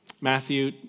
Matthew